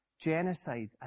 genocide